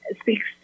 speaks